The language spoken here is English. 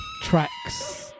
tracks